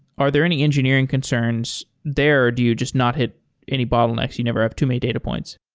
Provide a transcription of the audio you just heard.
are there any engineering concerns there? do you just not hit any bottlenecks, you never have too many data points?